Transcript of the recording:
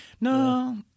No